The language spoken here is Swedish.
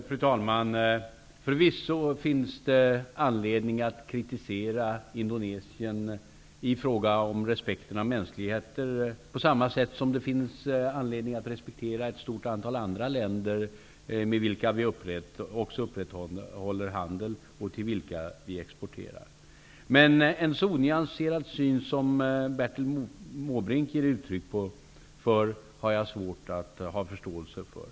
Fru talman! Det finns förvisso anledning att kritisera Indonesien i fråga om respekten av mänskliga rättigheter på samma sätt som det finns anledning kritisera ett stort antal andra länder med vilka vi också upprätthåller handel och till vilka vi exporterar. Men en så onyanserad syn som Bertil Måbrink ger uttryck för har jag svårt att ha förståelse för.